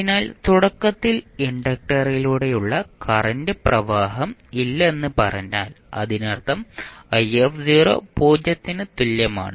അതിനാൽ തുടക്കത്തിൽ ഇൻഡക്റ്ററിലൂടെ കറന്റ് പ്രവാഹം ഇല്ലെന്ന് പറഞ്ഞാൽ അതിനർത്ഥം i പൂജ്യത്തിന് തുല്യമാണ്